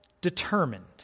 determined